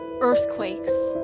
earthquakes